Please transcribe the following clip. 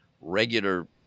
regular